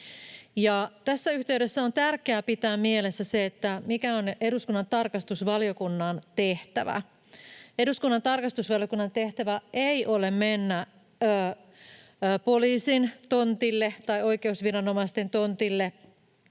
Tässä yhteydessä on tärkeää pitää mielessä se, mikä on eduskunnan tarkastusvaliokunnan tehtävä. Eduskunnan tarkastusvaliokunnan tehtävä ei ole mennä poliisin tontille tai oikeusviranomaisten tontille,